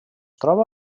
troba